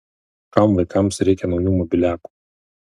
kam vaikams reikia naujų mobiliakų